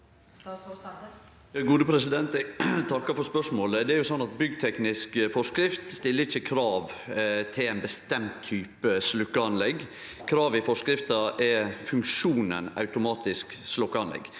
Sande Eg takkar for spørsmålet. Byggteknisk forskrift stiller ikkje krav til ein bestemt type sløkkeanlegg. Kravet i forskrifta er funksjonen «automatisk sløkkeanlegg».